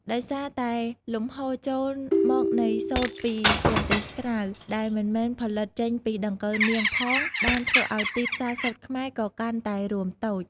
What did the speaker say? ដោយសារតែលំហូរចូលមកនៃសូត្រពីប្រទេសក្រៅ ដែលមិនមែនផលិតចេញពីដង្កូវនាងផង បានធ្វើឲ្យទីផ្សារសូត្រខ្មែរក៏កាន់តែរួមតូច។